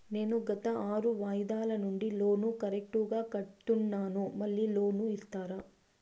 నేను గత ఆరు వాయిదాల నుండి లోను కరెక్టుగా కడ్తున్నాను, మళ్ళీ లోను ఇస్తారా?